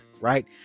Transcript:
right